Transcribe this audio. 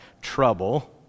trouble